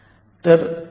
तर 13